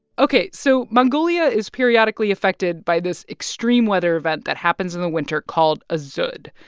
ok. so mongolia is periodically affected by this extreme weather event that happens in the winter called a dzud.